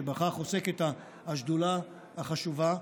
ובכך עוסקת השדולה החשובה,